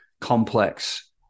complex